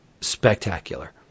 spectacular